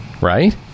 right